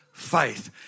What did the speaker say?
faith